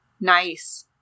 nice